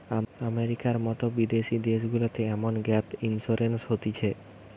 আমেরিকার মতো বিদেশি দেশগুলাতে এমন গ্যাপ ইন্সুরেন্স হতিছে